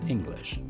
English